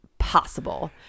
possible